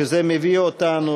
שזה מביא אותנו